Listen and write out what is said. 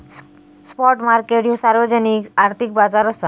spot market ह्यो सार्वजनिक आर्थिक बाजार असा